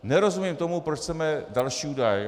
Nerozumím tomu, proč chceme další údaje.